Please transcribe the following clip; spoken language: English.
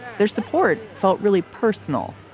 their support felt really personal,